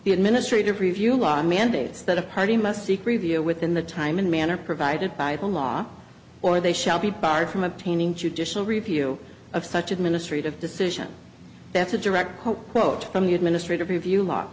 the administrative review law mandates that a party must seek review within the time and manner provided by the law or they shall be barred from obtaining judicial review of such administrative decision that's a direct quote from the administrative review law